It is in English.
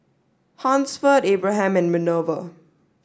Hansford Abraham and Minerva